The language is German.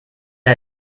der